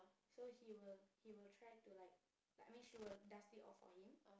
so he will he will try to like like I mean she will dust it off for him